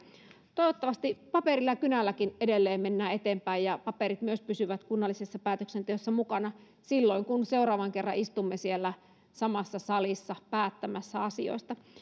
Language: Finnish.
toivottavasti paperilla ja kynälläkin edelleen mennään eteenpäin ja paperit myös pysyvät kunnallisessa päätöksenteossa mukana silloin kun seuraavan kerran istumme siellä samassa salissa päättämässä asioista